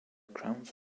grounds